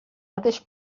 mateix